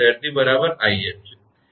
તેથી તે તમારા 2𝑖𝑓 છે